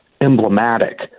emblematic